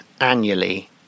annually